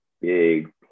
big